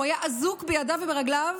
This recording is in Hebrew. הוא היה אזוק בידיו וברגליו